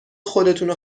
خودتونو